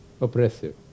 oppressive